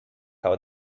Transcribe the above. how